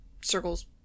circles